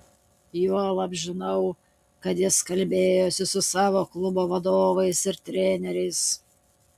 juolab žinau kad jis kalbėjosi su savo klubo vadovais ir treneriais